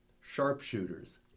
Sharpshooters